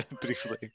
briefly